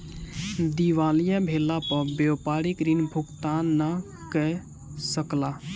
दिवालिया भेला पर व्यापारी ऋण भुगतान नै कय सकला